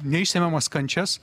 neišsemiamas kančias